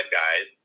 guys